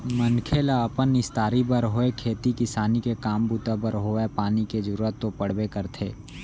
मनखे ल अपन निस्तारी बर होय खेती किसानी के काम बूता बर होवय पानी के जरुरत तो पड़बे करथे